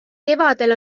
kevadel